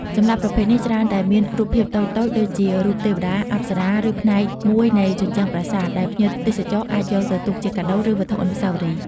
ចម្លាក់ប្រភេទនេះច្រើនតែមានរូបភាពតូចៗដូចជារូបទេវតា អប្សរា ឬផ្នែកមួយនៃជញ្ជាំងប្រាសាទ ដែលភ្ញៀវទេសចរណ៍អាចយកទៅទុកជាកាដូ ឬវត្ថុអនុស្សាវរីយ៍។